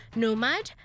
nomad